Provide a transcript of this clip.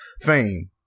Fame